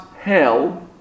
hell